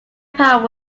power